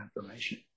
information